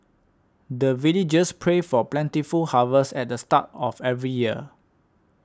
the villagers pray for plentiful harvest at the start of every year